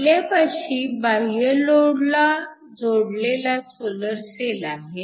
आपल्यापाशी बाह्य लोडला जोडलेला सोलर सेल आहे